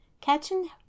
catching